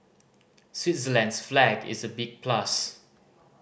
Switzerland's flag is a big plus